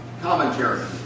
commentary